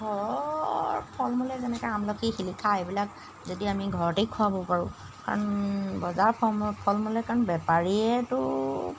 ঘৰৰ ফল মূল এই যেনেকৈ আমলখি শিলিখা এইবিলাক যদি আমি ঘৰতেই খুৱাব পাৰোঁ কাৰণ বজাৰ ফল মূল ফল মূলে কাৰণ বেপাৰীয়েটো